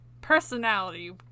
personality